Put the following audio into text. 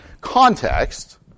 context